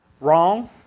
Wrong